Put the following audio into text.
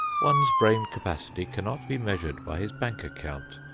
one's brain capacity cannot be measured by his bank account,